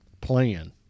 Plan